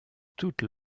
toute